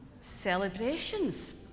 celebrations